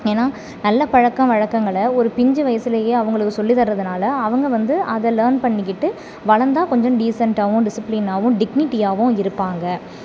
ஏன்னால் நல்ல பழக்கவழக்கங்களை ஒரு பிஞ்சு வயசுலேயே அவங்களுக்கு சொல்லித்தரதுனால் அவங்க வந்து அதை லேர்ன் பண்ணிக்கிட்டு வளர்ந்தா கொஞ்சம் டீசண்டாகவும் டிசிப்ளினாகவும் டிக்னிட்டியாகவும் இருப்பாங்க